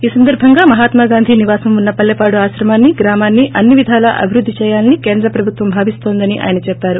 ఈ సందర్పముగా మహాత్మాగాంధీ నివాసం ఉన్న పల్లెపాడు ఆశ్రమాన్ని గ్రామాన్ని అన్ని విధాలా అభివృద్ద చేయాలని కేంద్ర ప్రభుత్వం భావిస్తోందని ఆయన చేప్పారు